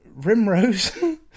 Rimrose